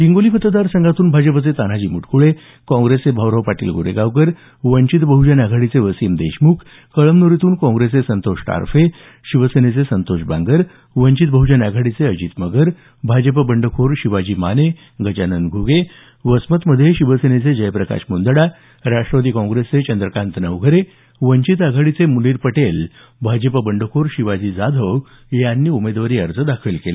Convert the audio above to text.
हिंगोली मतदारसंघातून भाजपचे तान्हाजी मुटकुळे काँप्रेसचे भाऊराव पाटील गोरेगावकर वंचित बह्जन आघाडीचे वसीम देशमुख कळमनुरीतून कॉंग्रेसचे संतोष टारफे शिवसेनेचे संतोष बागर वंचित बहजन आघाडीचे अजित मगर भाजप बंडखोर शिवाजी माने गजानन घुगे वसमतमध्ये शिवसेनेचे जयप्रकाश मुंदडा राष्ट्रवादी काँग्रेसचे चंद्रकांत नवघरे वंचित आघाडीचे मुनीर पटेल भाजप बंडखोर शिवाजी जाधव यांनी उमेदवारी अर्ज दाखल केले